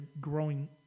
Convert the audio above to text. growing